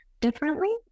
differently